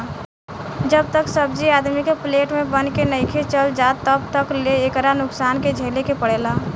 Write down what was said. जब तक सब्जी आदमी के प्लेट में बन के नइखे चल जात तब तक ले एकरा नुकसान के झेले के पड़ेला